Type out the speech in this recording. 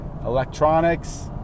electronics